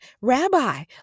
rabbi